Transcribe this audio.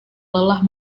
lelah